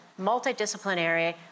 multidisciplinary